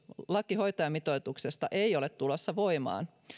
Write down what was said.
laki hoitajamitoituksesta ei ole tulossa voimaan